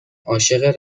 عاشق